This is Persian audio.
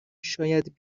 شاید